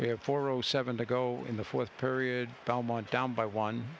we have four zero seven to go in the fourth period belmont down by one